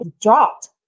dropped